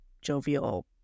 jovial